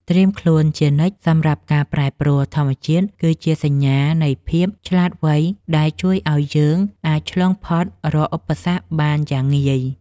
ត្រៀមខ្លួនជានិច្ចសម្រាប់ការប្រែប្រួលនៃធម្មជាតិគឺជាសញ្ញានៃភាពឆ្លាតវៃដែលជួយឱ្យយើងអាចឆ្លងផុតរាល់ឧបសគ្គបានយ៉ាងងាយ។